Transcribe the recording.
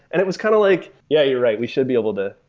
and it was kind of like, yeah, you're right. we should be able to.